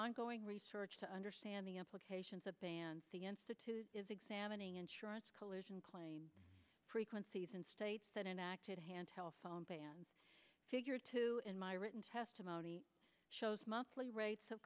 ongoing research to understand the implications of bands the institute is examining insurance collision claim frequencies and states that enacted hand telephone bans figure to in my written testimony shows monthly rates of